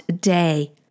day